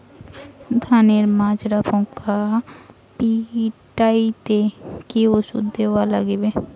ধানের মাজরা পোকা পিটাইতে কি ওষুধ দেওয়া লাগবে?